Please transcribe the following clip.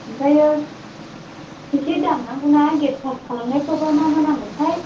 ओमफ्राय फैसाया दाननांगौ ना गेट पास खालामनाया मा मा नांगौथाय